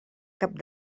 cap